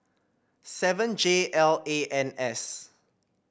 seven J L A N S